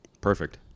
perfect